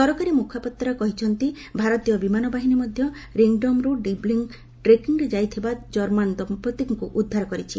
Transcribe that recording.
ସରକାରୀ ମୁଖପାତ୍ର କହିଛନ୍ତି ଭାରତୀୟ ବିମାନ ବାହିନୀ ମଧ୍ୟ ରିଙ୍ଗଡମ୍ରୁ ଡିବ୍ଲିଙ୍ଗ ଟ୍ରେକିଂରେ ଯାଇଥିବା କର୍ମାନ ଦମ୍ପତ୍ତିଙ୍କୁ ଉଦ୍ଧାର କରିଛି